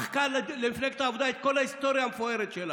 מחקה למפלגת העבודה את כל ההיסטוריה המפוארת שלה.